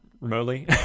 remotely